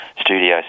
studio